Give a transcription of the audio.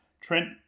Trent